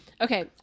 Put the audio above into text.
Okay